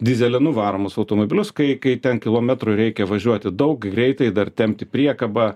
dyzelinu varomus automobilius kai kai ten kilometrų reikia važiuoti daug greitai dar tempti priekabą